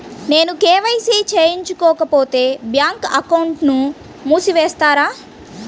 నేను కే.వై.సి చేయించుకోకపోతే బ్యాంక్ అకౌంట్ను మూసివేస్తారా?